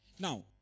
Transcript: Now